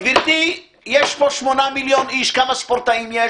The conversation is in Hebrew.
גברתי, יש פה 8 מיליון איש, כמה ספורטאים יש?